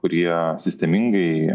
kurie sistemingai